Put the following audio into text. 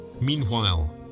Meanwhile